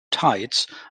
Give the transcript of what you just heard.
tides